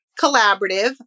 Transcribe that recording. Collaborative